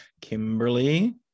Kimberly